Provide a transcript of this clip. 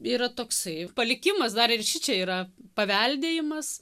yra toksai palikimas dar ir šičia yra paveldėjimas